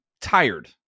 tired